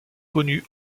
connue